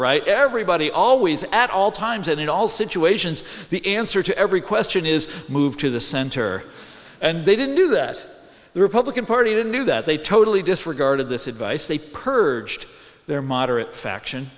right everybody always at all times and in all situations the answer to every question is moved to the center and they didn't do that the republican party didn't do that they totally disregarded this advice they purged their moderate faction